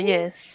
Yes